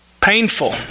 painful